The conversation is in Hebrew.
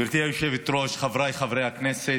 גברתי היושבת-ראש, חבריי חברי הכנסת,